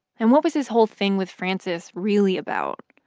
and what was his whole thing with frances really about?